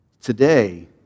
today